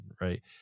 right